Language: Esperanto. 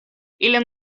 ili